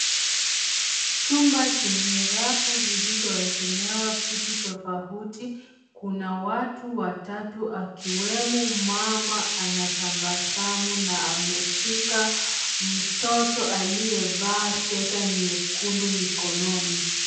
Chumba chenye rafu zilizo wekelewa vitu tofauti. Kuna watu watatu akiwemo mama anatabasamu na ameshika mtoto aliye vaa sweta nyekundu mikononi.